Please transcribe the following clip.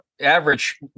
average